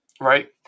right